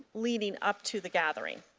leading up to the gathering.